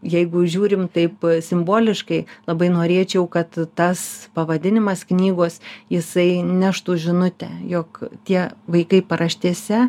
jeigu žiūrim taip simboliškai labai norėčiau kad tas pavadinimas knygos jisai neštų žinutę jog tie vaikai paraštėse